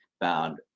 found